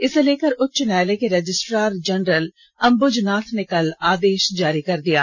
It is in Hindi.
इसे लेकर उच्च न्यायालय के रजिस्ट्रार जनरल अंबुजनाथ ने कल आदेष जारी कर दिया है